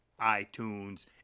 iTunes